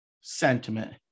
sentiment